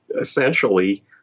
essentially